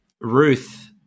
Ruth